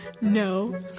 No